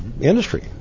industry